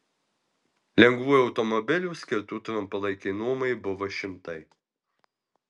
lengvųjų automobilių skirtų trumpalaikei nuomai buvo šimtai